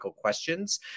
questions